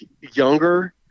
younger